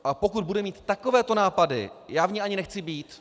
A pokud bude mít takovéto nápady, já v ní ani nechci být.